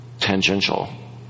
tangential